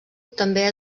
també